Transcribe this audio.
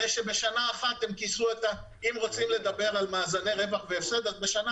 הרי שבשנה אחת הם כיסו את העלויות האלה,